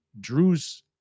Drew's